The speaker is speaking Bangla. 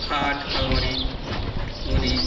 খাট আলমারি গদি